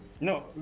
No